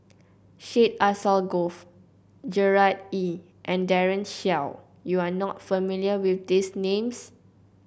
Syed Alsagoff Gerard Ee and Daren Shiau you are not familiar with these names